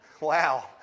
Wow